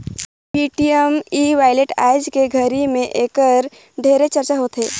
Paytm e wallet आयज के घरी मे ऐखर ढेरे चरचा होवथे